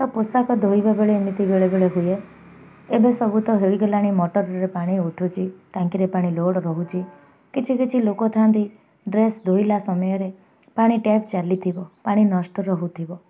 ତ ପୋଷାକ ଧୋଇବା ବେଳେ ଏମିତି ବେଳେବେଳେ ହୁଏ ଏବେ ସବୁ ତ ହେଇଗଲାଣି ମଟର୍ରେ ପାଣି ଉଠୁଛି ଟାଙ୍କିରେ ପାଣି ଲୋଡ଼୍ ରହୁଛି କିଛି କିଛି ଲୋକ ଥାନ୍ତି ଡ୍ରେସ୍ ଧୋଇଲା ସମୟରେ ପାଣି ଟ୍ୟାପ୍ ଚାଲିଥିବ ପାଣି ନଷ୍ଟ ରହୁଥିବ